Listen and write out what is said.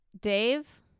Dave